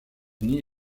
unis